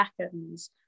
seconds